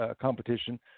competition